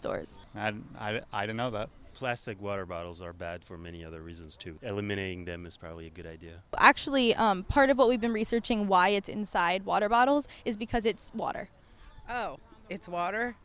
stores i don't know about plastic water bottles are bad for many other reasons to eliminating them is probably a good idea actually part of what we've been researching why it's inside water bottles is because it's water oh it's water